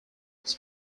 this